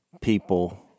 people